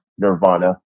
Nirvana